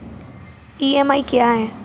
EMI क्या है?